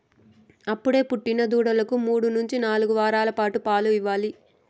అప్పుడే పుట్టిన దూడలకు మూడు నుంచి నాలుగు వారాల పాటు పాలు ఇవ్వాలి